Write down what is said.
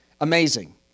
Amazing